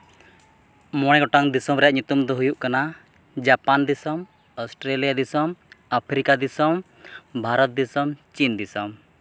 ᱢᱚᱬᱮ ᱜᱚᱴᱟᱝ ᱫᱤᱥᱚᱢ ᱨᱮᱭᱟᱜ ᱧᱩᱛᱩᱢ ᱫᱚ ᱦᱩᱭᱩᱜ ᱠᱟᱱᱟ ᱡᱟᱯᱟᱱ ᱫᱤᱥᱚᱢ ᱚᱥᱴᱨᱮᱞᱤᱭᱟ ᱫᱤᱥᱚᱢ ᱟᱯᱷᱨᱤᱠᱟ ᱫᱤᱥᱚᱢ ᱵᱷᱟᱨᱚᱛ ᱫᱤᱥᱚᱢ ᱪᱤᱱ ᱫᱤᱥᱚᱢ